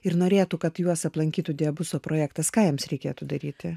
ir norėtų kad juos aplankytų diabuso projektas ką jiems reikėtų daryti